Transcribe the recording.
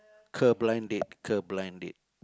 ke blind date ke blind date